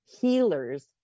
healers